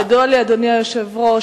אדוני היושב-ראש,